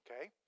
Okay